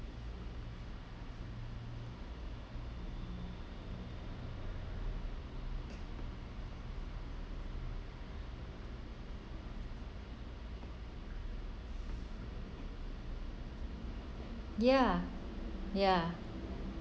ya ya